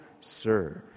serve